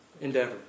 endeavor